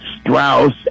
Strauss